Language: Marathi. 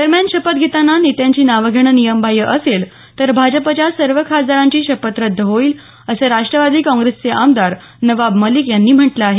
दरम्यान शपथ घेताना नेत्यांची नाव घेणं नियमबाह्य असेल तर भाजपच्या सर्व खासदारांची शपथ रद्द होईल असं राष्ट्रवादी काँग्रेसचे आमदार नवाब मलीक यांनी म्हटलं आहे